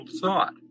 thought